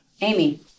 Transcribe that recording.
amy